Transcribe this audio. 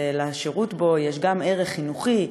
שלשירות בו יש גם ערך חינוכי,